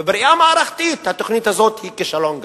ובראייה מערכתית התוכנית הזאת היא כישלון גדול.